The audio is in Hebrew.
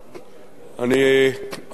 אני אנסה כרגיל